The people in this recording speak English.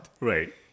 Right